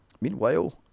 Meanwhile